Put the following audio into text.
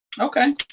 Okay